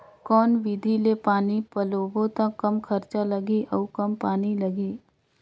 कौन विधि ले पानी पलोबो त कम खरचा लगही अउ कम पानी लगही?